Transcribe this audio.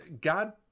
god